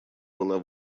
была